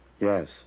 Yes